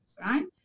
right